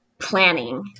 planning